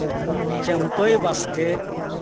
ᱪᱟᱹᱢᱯᱟᱹᱭ ᱵᱟᱥᱠᱮ